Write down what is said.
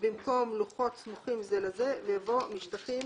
במקום "לוחות סמוכים זה לזה" יבוא "משטחים